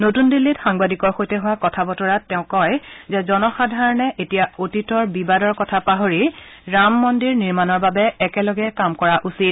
নতুন দিল্লীত সাংবাদিকৰ সৈতে হোৱা কথা বতৰাত তেওঁ কয় যে জনসাধাৰণে এতিয়া অতীতৰ বিবাদৰ কথা পাহৰি ৰাম মন্দিৰ নিৰ্মাণৰ বাবে একেলগে কাম কৰা উচিত